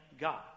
God